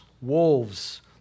wolves